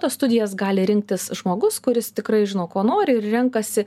tas studijas gali rinktis žmogus kuris tikrai žino ko nori ir renkasi